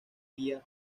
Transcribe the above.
ría